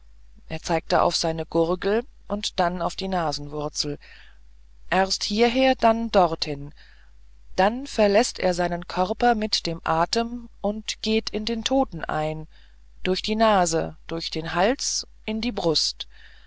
er zeigte auf seine gurgel und dann auf die nasenwurzel erst hierher dann dorthin dann verläßt er seinen körper mit dem atem und geht in den toten ein durch die nase durch den hals in die brust